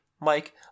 Mike